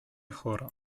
chora